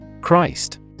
Christ